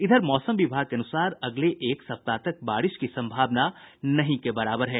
इधर मौसम विभाग के अनुसार अगले एक सप्ताह तक बारिश की सम्भावना नहीं के बराबर है